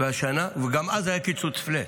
וגם אז היה קיצוץ פלאט.